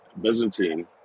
Byzantine